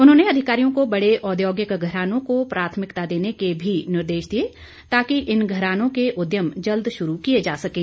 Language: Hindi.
उन्होंने अधिकारियों को बड़े औद्योगिक घरानों को प्राथमिकता देने के भी निर्देश दिए ताकि इन घरानों के उद्यम जल्द शुरू किए जा सकें